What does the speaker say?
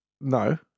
No